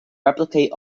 replicate